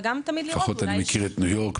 וגם תמיד לראות אולי יש -- לפחות אני מכיר את ניו יורק,